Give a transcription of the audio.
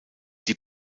die